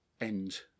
end